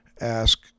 ask